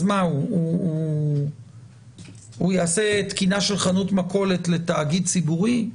אז הוא יעשה תקינה של חנות מכולת לתאגיד ציבורי?